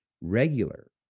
regular